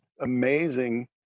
amazing